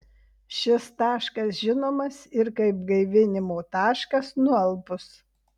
šis taškas žinomas ir kaip gaivinimo taškas nualpus